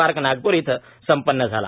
park Nagpur इथं संपन्न झाला